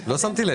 בכללי.